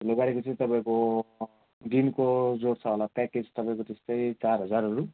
ठुलो गाडीको चाहिँ तपाईँको दिनको जोड्छ होला प्याकेज तपाईँको त्यस्तै चार हजारहरू